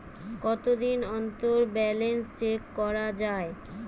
কতদিন অন্তর balance check করা য়ায়?